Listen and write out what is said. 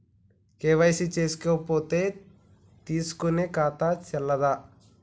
KYC చేసుకోకపోతే తీసుకునే ఖాతా చెల్లదా?